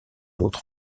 autre